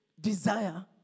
desire